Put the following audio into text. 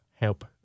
help